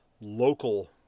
local